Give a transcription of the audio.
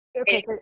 okay